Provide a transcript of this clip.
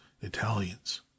italians